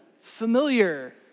familiar